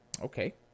Okay